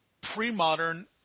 pre-modern